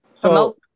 Promote